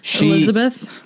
Elizabeth